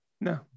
No